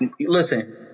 listen